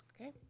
Okay